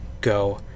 go